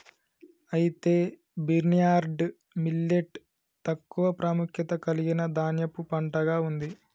అయితే barnyard millet తక్కువ ప్రాముఖ్యత కలిగిన ధాన్యపు పంటగా ఉంది